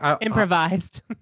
Improvised